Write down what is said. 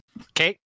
Okay